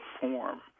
form